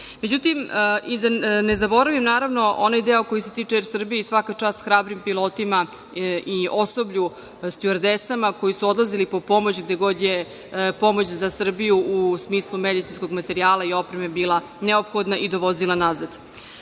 da ne zaboravim, naravno, onaj deo koji se tiče „Er Srbije“, svaka čast hrabrim pilotima i osoblju, stjuardesama, koji su odlazili po pomoć gde god je pomoć za Srbiju u smislu medicinskog materijala i opreme bila neophodna i dovozila